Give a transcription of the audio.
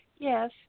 Yes